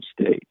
state